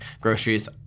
groceries